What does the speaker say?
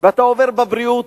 ואתה עובר בבריאות.